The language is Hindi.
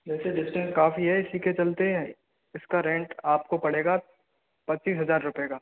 वैसे डिस्टेंस काफ़ी है इसी के चलते इसका रेंट आपको पड़ेगा पच्चीस हज़ार रुपए का